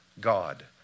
God